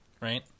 right